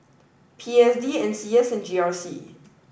P S D N C S and G R C